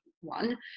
one